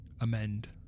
amend